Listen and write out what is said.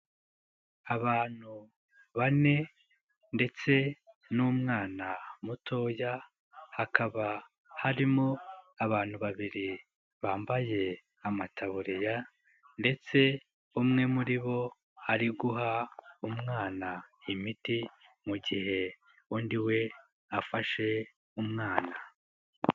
Abantu bane ndetse n'umwana mutoya hakaba harimo abantu babiri bambaye amataburiya ndetse umwe muri bo ari guha umwana imiti mu gihe undi we afashe umwana.